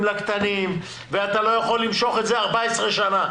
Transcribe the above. לקטנים ואתה לא יכול למשוך את זה 14 שנה.